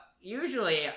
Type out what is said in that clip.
usually